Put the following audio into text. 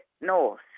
north